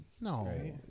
No